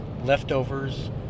leftovers